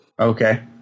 Okay